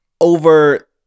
over